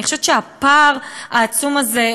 אני חושבת שהפער העצום הזה,